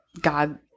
God